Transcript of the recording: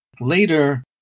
later